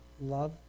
love